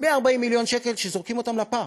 140 מיליון שקל שזורקים לפח,